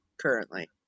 currently